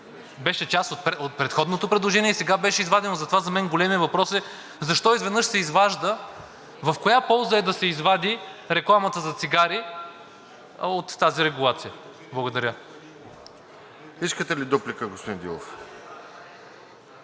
беше част от предходното предложение и сега беше извадено. Затова за мен големият въпрос е: защо изведнъж се изважда? В чия полза е да се извади рекламата за цигари от тази регулация? Благодаря. ПРЕДСЕДАТЕЛ РОСЕН ЖЕЛЯЗКОВ: Искате ли дуплика, господин Дилов?